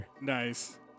nice